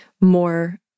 more